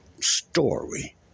story